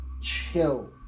chill